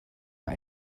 out